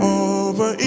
over